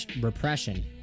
...repression